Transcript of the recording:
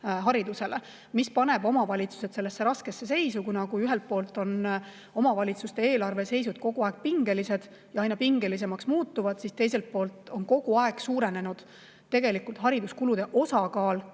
haridusele. See paneb omavalitsused raskesse seisu, kuna kui ühelt poolt on omavalitsuste eelarveseisud kogu aeg pingelised ja aina pingelisemaks muutuvad, siis teiselt poolt on kogu aeg suurenenud hariduskulude osakaal omavalitsuse